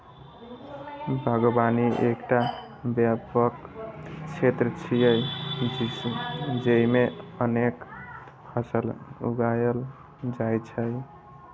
बागवानी एकटा व्यापक क्षेत्र छियै, जेइमे अनेक फसल उगायल जाइ छै